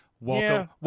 Welcome